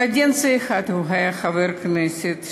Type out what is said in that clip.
קדנציה אחת הוא היה חבר כנסת,